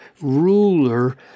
ruler